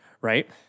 right